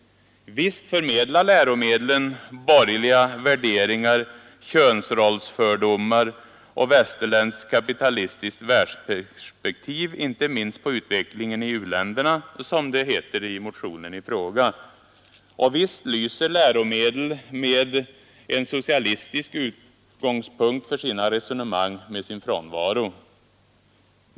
Visst förmedlar läromedlen ”borgerliga värderingar, könsrollsfördomar och västerländskt kapitalistiskt världsperspektiv, inte minst på utvecklingen i u-länderna”, som det heter i motionen i fråga. Och visst lyser läromedel med en socialistisk utgångspunkt för sina resonemang med sin frånvaro.